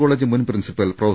college മുൻ principal prof